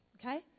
Okay